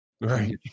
right